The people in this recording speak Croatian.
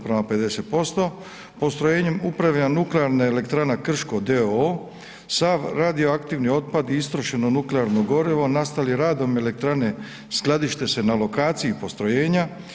Postrojenjem upravlja Nuklearna elektrana Krško d.o.o., sav radioaktivni otpad i istrošeno nuklearno gorivo nastali radom elektrane skladište se na lokaciji postrojenja.